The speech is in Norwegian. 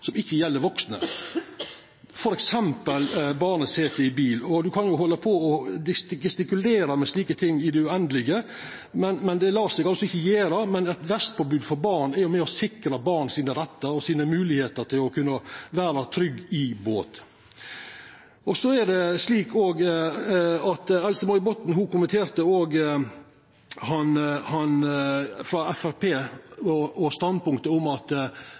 som ikkje har fått med seg at det finst ei rekkje påbod og plikter for barn, som ikkje gjeld for vaksne, f.eks. barnesete i bil. Ein kan halda på og gestikulera med slike ting i det uendelege, men det lèt seg altså ikkje gjera. Men eit vestpåbod for barn er jo med på å sikra barns rettar og moglegheiter til å kunna vera trygge i båt. Else-May Botten kommenterte standpunktet til ein representant frå Framstegspartiet om ein båt er